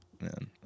man